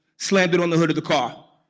slammed it on the hood of the car